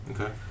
Okay